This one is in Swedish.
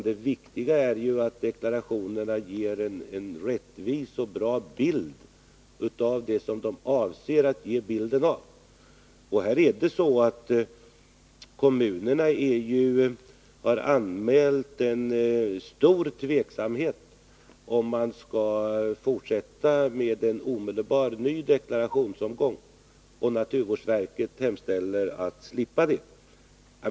Det viktiga är att deklarationerna ger en rättvis och god bild av det som de är avsedda att avspegla. Kommunerna har faktiskt anmält stor tveksamhet inför en ny deklarationsomgång, och naturvårdsverket hemställer om att få slippa en sådan.